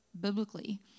biblically